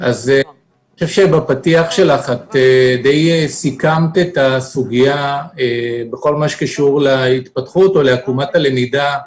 בפתיח שלך די סיכמת את הסוגיה בכל הקשור להתפתחות או לעקומת הלמידה,